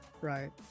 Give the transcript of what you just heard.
right